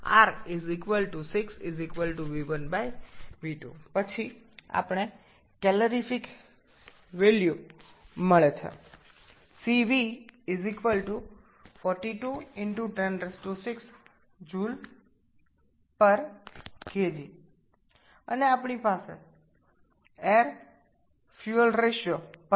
r 6 v1v2 তারপরে আমরা একটি ক্যালোরিফ মান পেয়েছি CV 42 × 106 Jkg এবং আমাদের বায়ু ও জ্বালানীর অনুপাত আছে ১৫